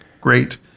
great